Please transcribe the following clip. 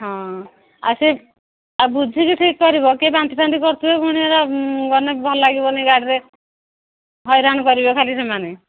ହଁ ଆଉ ସେ ଆଉ ବୁଝିକି ଠିକ୍ କରିବ କିଏ ବାନ୍ତି ଫାନ୍ତି କରୁଥିବେ ପୁଣି ଏରା ଗଲେ ଭଲ ଲାଗିବନି ଗାଡ଼ିରେ ହଇରାଣ କରିବେ ଖାଲି ସେମାନେ